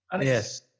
Yes